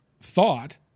thought